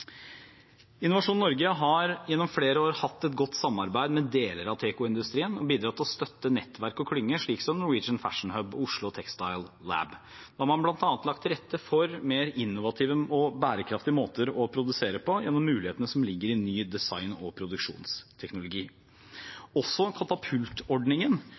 Innovasjon Norge har gjennom flere år hatt et godt samarbeid med deler av tekoindustrien og bidratt til å støtte nettverk og klynger, slik som Norwegian Fashion Hub og Oslo Textile Lab. Nå har man bl.a. lagt til rette for mer innovative og bærekraftige måter å produsere på gjennom mulighetene som ligger i ny design- og produksjonsteknologi. Også katapultordningen,